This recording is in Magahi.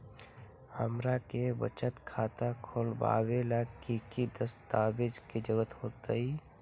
हमरा के बचत खाता खोलबाबे ला की की दस्तावेज के जरूरत होतई?